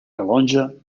calonge